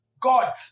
God